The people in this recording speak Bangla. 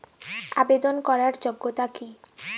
আবেদন করার যোগ্যতা কি?